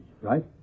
right